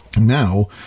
Now